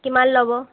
কিমান ল'ব